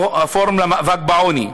לפורום למאבק בעוני,